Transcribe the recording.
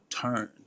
turn